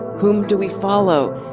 whom do we follow?